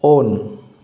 on